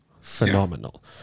Phenomenal